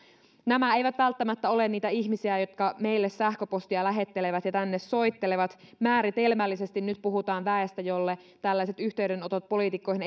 nämä eivät välttämättä ole niitä ihmisiä jotka meille sähköpostia lähettelevät ja tänne soittelevat määritelmällisesti puhutaan nyt väestä jolle tällaiset yhteydenotot poliitikkoihin